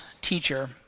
teacher